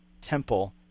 temple